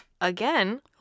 again